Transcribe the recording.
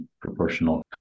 proportional